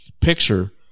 picture